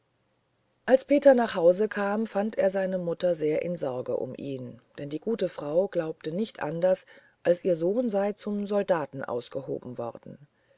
als peter nach haus kam fand er seine mutter sehr in sorgen um ihn denn die gute frau glaubte nicht anders als ihr sohn sei zum soldaten ausgehoben worden